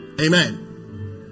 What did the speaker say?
Amen